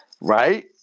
Right